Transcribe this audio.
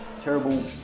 terrible